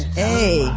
hey